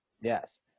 Yes